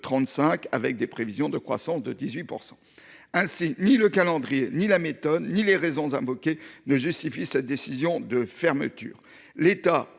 2035, avec des prévisions de croissance de 18 %. Ainsi, ni le calendrier, ni la méthode, ni les raisons invoquées ne justifient cette décision de fermeture. L’État